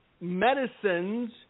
medicines